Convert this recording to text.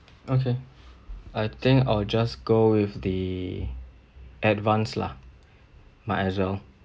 okay I think I'll just go with the advanced lah might as well